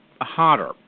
hotter